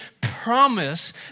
promise